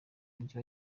mujyi